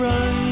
Run